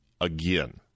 again